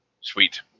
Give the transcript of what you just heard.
Sweet